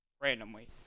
randomly